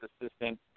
assistant